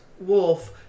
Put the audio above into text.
Wolf